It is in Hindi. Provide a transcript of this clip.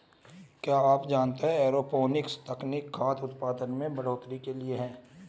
क्या आप जानते है एरोपोनिक्स तकनीक खाद्य उतपादन में बढ़ोतरी के लिए है?